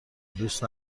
دوست